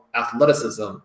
athleticism